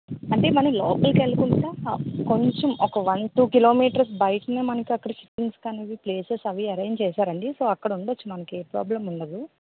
అంటే మనం లోపలకి వెళ్ళకుండా కొంచెం ఒక వన్ టూ కిలోమీటర్స్ బయటనే మనకి అక్కడ అనేవి ప్లేసెస్ అవి అరేంజ్ చేసారండి సో అక్కడ ఉండొచ్చు మనకి ఏ ప్రాబ్లమ్ ఉండదు